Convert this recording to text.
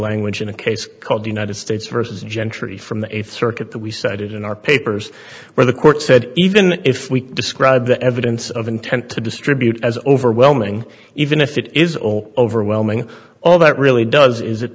language in a case called united states versus gentry from the th circuit that we cited in our papers where the court said even if we describe the evidence of intent to distribute as overwhelming even if it is all overwhelming all that really does is it